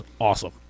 awesome